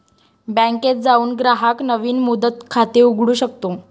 बँकेत जाऊन ग्राहक नवीन मुदत खाते उघडू शकतो